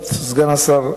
מסר.